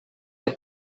the